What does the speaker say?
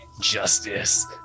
justice